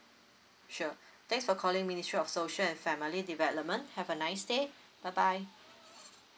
sure thanks for calling ministry of social and family development have a nice day bye bye